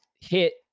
hit